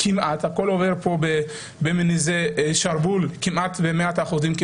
הכול עובר פה בשרוול כמעט במאת האחוזים.